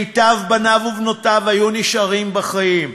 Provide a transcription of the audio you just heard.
מיטב בניו ובנותיו, היו נשארים בחיים,